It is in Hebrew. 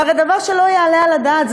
זה הרי דבר שלא יעלה על הדעת.